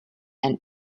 and